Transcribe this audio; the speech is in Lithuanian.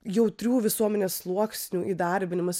jautrių visuomenės sluoksnių įdarbinimas